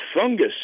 fungus